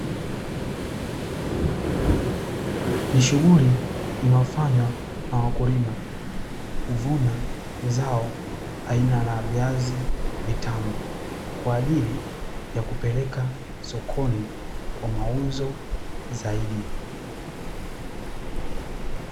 Ni shughuli inayofanywa na wakulima, kuvuna zao aina la viazi vitamu, kwa ajili ya kupeleka sokoni kwa mauzo zaidi.